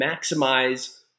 maximize